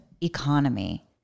economy